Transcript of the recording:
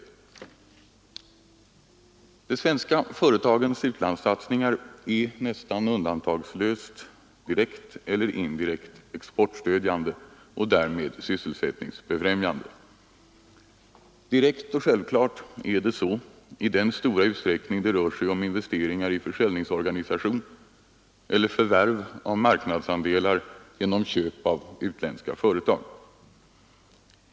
De svenska företagens utlandssatsningar är nästa undantagslöst direkt eller indirekt exportstödjande och därmed sysselsättningsbefrämjande. Direkt och självklart är det så i den stora utsträckning det rör sig om investeringar i försäljningsorganisation eller förvärv av marknadsandelar genom köp av utländska företag.